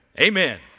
Amen